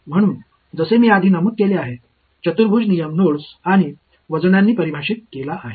म्हणून जसे मी आधी नमूद केले आहे चतुर्भुज नियम नोड्स आणि वजनांनी परिभाषित केला आहे